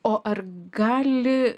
o ar gali